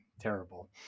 terrible